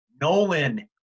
Nolan